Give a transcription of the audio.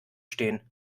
stehen